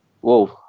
Whoa